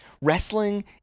Wrestling